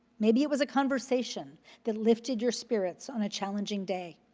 maybe it was a conversation that lifted your spirits on a challenging day.